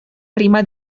prima